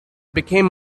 became